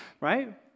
right